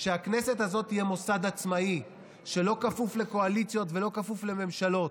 שהכנסת הזאת תהיה מוסד עצמאי שלא כפוף לקואליציות ולא כפוף לממשלות,